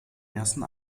ersten